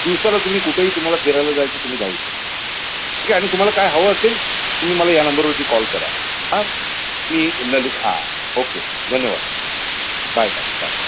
दिवसाला तुम्ही कुठेही तुम्हाला फिरायला जायचं तुम्ही जाऊ शकता ठीक आहे आणि तुम्हाला काय हवं असेल तुम्ही मला या नंबरवरती कॉल करा हां मी ललित हां ओके धन्यवाद बाय बाय बाय